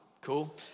Cool